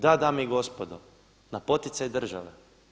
Da dame i gospodo, na poticaj države.